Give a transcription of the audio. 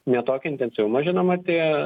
ne tokio intensyvumo žinoma tie